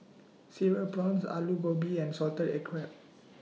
Cereal Prawns Aloo Gobi and Salted Egg Crab